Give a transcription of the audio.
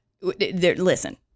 Listen